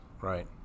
Right